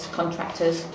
contractors